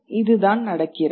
இதுதான் நடக்கிறது